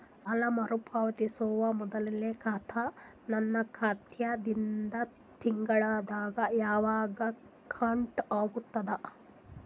ಸಾಲಾ ಮರು ಪಾವತಿಸುವ ಮೊದಲನೇ ಕಂತ ನನ್ನ ಖಾತಾ ದಿಂದ ತಿಂಗಳದಾಗ ಯವಾಗ ಕಟ್ ಆಗತದ?